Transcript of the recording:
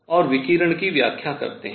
और विकिरण की व्याख्या करते हैं